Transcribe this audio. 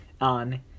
on